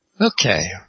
Okay